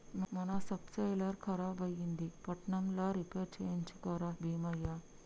మన సబ్సోయిలర్ ఖరాబైంది పట్నంల రిపేర్ చేయించుక రా బీమయ్య